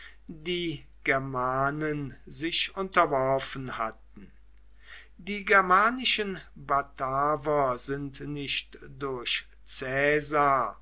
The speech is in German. die germanen sich unterworfen hatten die germanischen bataver sind nicht durch